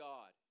God